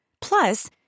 Plus